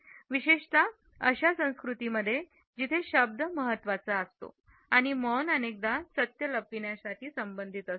विशेषतः अशा संस्कृतींमध्ये जिथे शब्द महत्त्वाचा असतो आणि मौन अनेकदा सत्य लपविण्याशी संबंधित असतो